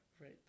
Right